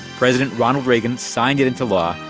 president ronald reagan signed it into law,